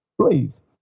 Please